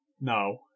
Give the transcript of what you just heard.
No